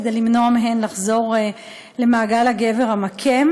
כדי למנוע מהן לחזור למעגל הגבר המכה.